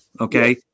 Okay